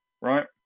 right